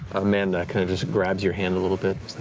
amanda kind of just grabs your hand a little bit.